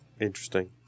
Interesting